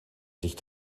sich